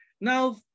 Now